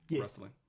wrestling